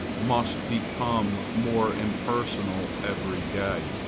must become more impersonal every day.